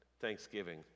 Thanksgiving